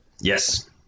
Yes